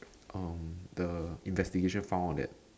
um the investigation found out that